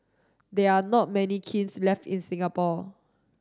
there are not many kilns left in Singapore